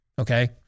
okay